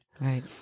Right